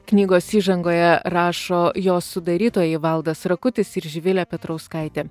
knygos įžangoje rašo jos sudarytojai valdas rakutis ir živilė petrauskaitė